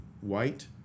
white